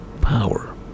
power